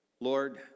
lord